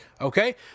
Okay